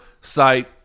site